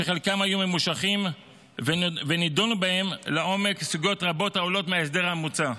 שחלקם היו ממושכים ונדונו בהם לעומק סוגיות רבות העולות מההסדר המוצע.